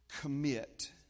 Commit